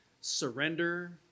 surrender